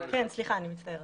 סליחה, אני מצטערת.